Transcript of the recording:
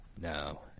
No